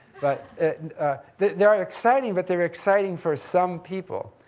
but it, and they're they're are exciting, but they're exciting for some people,